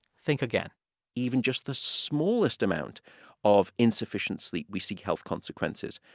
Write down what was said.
think again even just the smallest amount of insufficient sleep, we see health consequences.